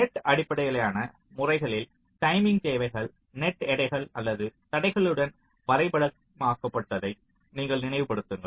net அடிப்படையிலான முறைகளில் timing தேவைகள் நெட் எடைகள் அல்லது தடைகளுடன் வரைபடமாக்கப்படுவதை நீங்கள் நினைவுபடுத்துங்கள்